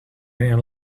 green